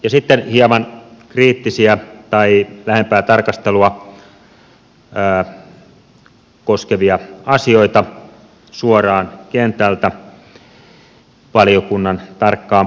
sitten hieman kriittisiä tai lähempää tarkastelua koskevia asioita suoraan kentältä valiokunnan tarkkaan pohdintaan